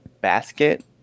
basket